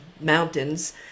mountains